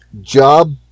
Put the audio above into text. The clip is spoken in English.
job